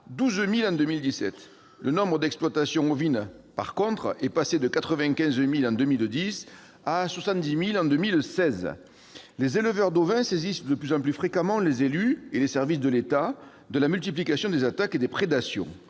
12 000 en 2017. Le nombre d'exploitations ovines est, en revanche, passé de 95 000 en 2010 à 70 000 en 2016. Les éleveurs d'ovins saisissent de plus en plus fréquemment les élus et les services de l'État de la multiplication des attaques et des prédations.